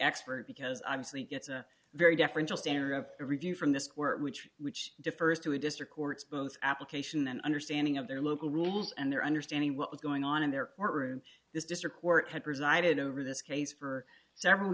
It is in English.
expert because obviously it's a very deferential standard of review from this work which which defers to a district courts both application and understanding of their local rules and their understanding what was going on in their courtroom this district court had presided over this case for several